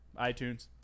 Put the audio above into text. iTunes